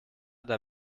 der